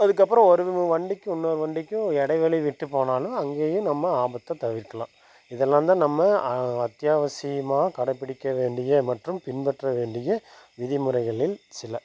அதுக்கப்புறம் ஒரு வண்டிக்கும் இன்னொரு வண்டிக்கும் இடைவெளி விட்டுப் போனாலும் அங்கேயும் நம்ம ஆபத்தை தவிர்க்கலாம் இதெல்லாம்தான் நம்ம அத்தியாவசியமாக கடைபிடிக்க வேண்டிய மற்றும் பின்பற்ற வேண்டிய விதிமுறைகளில் சில